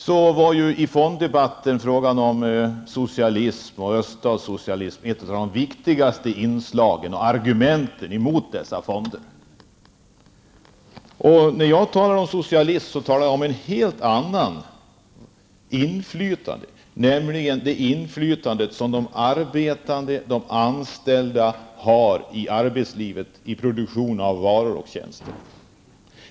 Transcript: Vidare var i fonddebatten frågan om socialism och öststatssocialism ett av de viktigaste inslagen, ett av de viktigaste argumenten emot dessa fonder. När jag talar om socialism avser jag ett helt annat inflytande, nämligen det inflytande som de arbetande -- de anställda -- har i arbetslivet vid produktion av varor och tjänster.